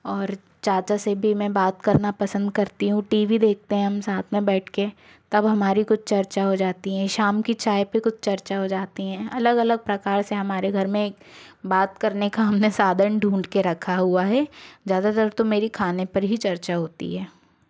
और चाचा से भी मैं बात करना पसंद करती हूँ टी वी देखते हैं हम साथ में बैठके तब हमारी कुछ चर्चा हो जाती है शाम की चाय पे कुछ चर्चा हो जाती है अलग अलग प्रकार से हमारे घर मे बात करने का हमने साधन ढूँढके रखा हुआ है ज़्यादातर तो मेरी खाने पर ही चर्चा होती है